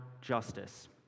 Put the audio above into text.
justice